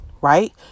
right